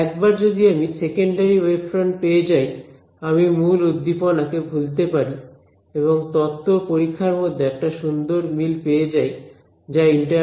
একবার যদি আমি সেকেন্ডারি ওয়েভ ফ্রন্ট পেয়ে যাই আমি মূল উদ্দীপনাকে ভুলতে পারি এবং তত্ত্ব ও পরীক্ষার মধ্যে একটা সুন্দর মিল পেয়ে যাই যা ইন্টারফিয়ারেন্স কে ব্যাখ্যা করতে পারে